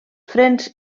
frens